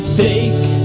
fake